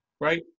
Right